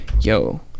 Yo